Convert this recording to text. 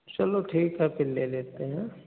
चलो ठीक है फिर ले लेते हैं